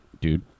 dude